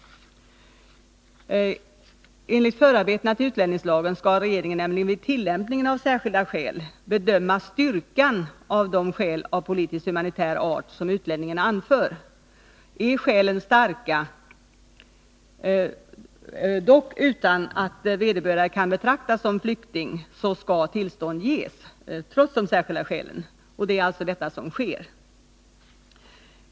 Enligt förarbetena till utlänningslagen skall regeringen vid tillämpningen av ”särskilda skäl” bedöma styrkan av de skäl av politisk och humanitär art som utlänningen anför. Är skälen starka — dock utan att vederbörande kan betraktas som flykting — så skall tillstånd ges trots de särskilda skälen. Det är alltså detta som sker.